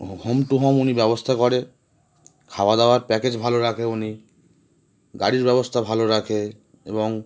home to home উনি ব্যবস্থা করে খাওয়া দাওয়ার প্যাকেজ ভালো রাখে উনি গাড়ির ব্যবস্থা ভালো রাখে এবং